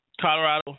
Colorado